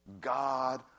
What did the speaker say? God